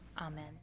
Amen